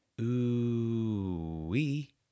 Ooh-wee